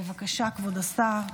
בבקשה, כבוד השר.